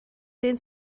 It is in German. den